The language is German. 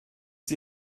sie